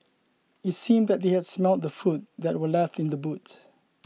it seemed that they had smelt the food that were left in the boot